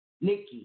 Nikki